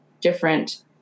different